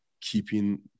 keeping